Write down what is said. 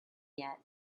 yet